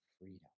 freedom